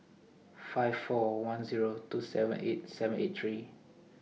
five four one Zero two seven eight seven eight three